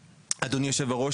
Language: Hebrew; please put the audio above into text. אדוני היושב ראש,